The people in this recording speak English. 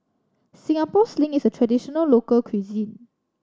Singapore Sling is a traditional local cuisine